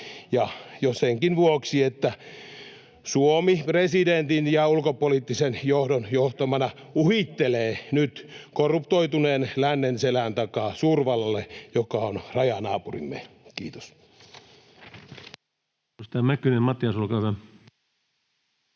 jo senkin vuoksi, että Suomi presidentin ja ulkopoliittisen johdon johtamana uhittelee nyt korruptoituneen lännen selän takaa suurvallalle, joka on rajanaapurimme. — Kiitos.